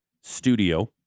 Studio